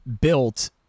built